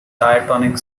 diatonic